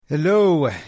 Hello